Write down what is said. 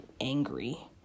angry